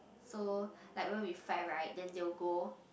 so like we will be fight right then they will go